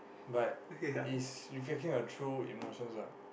but it's reflecting a true emotions what